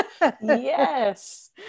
Yes